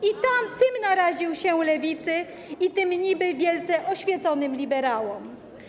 I tym naraził się Lewicy i tym niby wielce oświeconym liberałom.